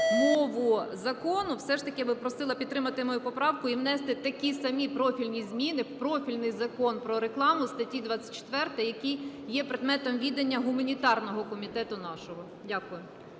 мову закону, все ж таки просила б підтримати мою поправку і внести такі самі профільні зміни в профільний Закон "Про рекламу" в статті 24, який є предметом відання гуманітарного комітету нашого. Дякую.